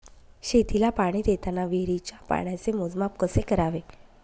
शेतीला पाणी देताना विहिरीच्या पाण्याचे मोजमाप कसे करावे?